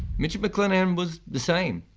mitch mcclenaghan was the same,